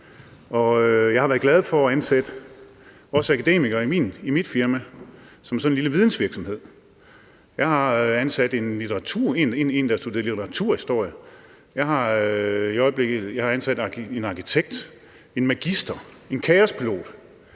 jeg har været glad for at ansætte også akademikere i mit firma, som er sådan en lille vidensvirksomhed. Jeg har ansat en, der har studeret litteraturhistorie; jeg har ansat en arkitekt, en magister, en kaospilot.